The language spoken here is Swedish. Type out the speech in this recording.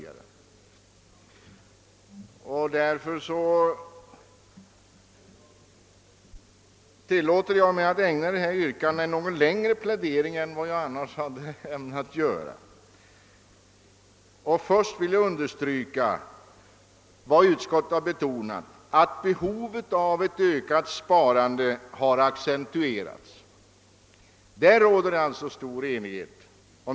Av den anledningen tilllåter jag mig att ägna detta ärende något längre tid än jag annars ämnat göra. Först och främst vill jag framhålla att utskottet betonat att behovet av ett ökat sparande har accentuerats. Om den saken råder det alltså stor enighet.